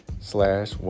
slash